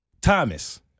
Thomas